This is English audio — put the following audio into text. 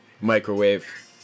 microwave